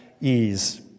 ease